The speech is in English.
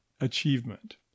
achievement